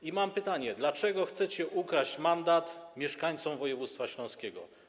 I mam pytanie: Dlaczego chcecie ukraść mandat mieszkańcom województwa śląskiego?